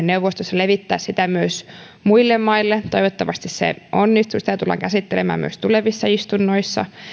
neuvostossa levittää sitä myös muille maille toivottavasti se onnistuu sitä tullaan käsittelemään myös tulevissa istunnoissa